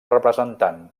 representant